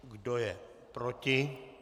Kdo je proti?